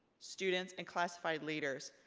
students, and classified leaders.